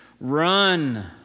Run